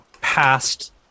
past